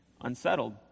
unsettled